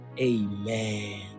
amen